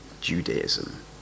Judaism